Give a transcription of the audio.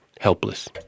helpless